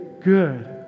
good